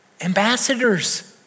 Ambassadors